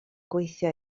gweithio